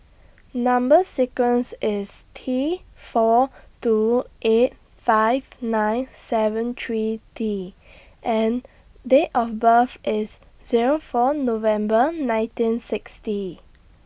Number sequence IS T four two eight five nine seven three T and Date of birth IS Zero four November nineteen sixty